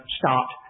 start